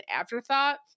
afterthought